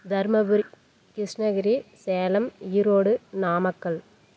Dharmapuri Krishnagiri Salem Erode Namakkal